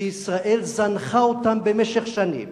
שישראל זנחה אותם במשך שנים